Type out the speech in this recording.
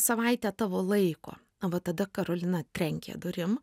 savaitę tavo laiko va tada karolina trenkė durim